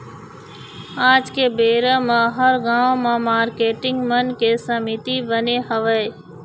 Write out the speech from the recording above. आज के बेरा म हर गाँव म मारकेटिंग मन के समिति बने हवय